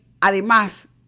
además